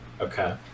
Okay